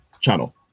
channel